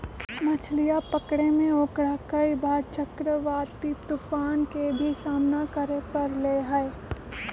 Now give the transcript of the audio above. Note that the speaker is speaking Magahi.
मछलीया पकड़े में ओकरा कई बार चक्रवाती तूफान के भी सामना करे पड़ले है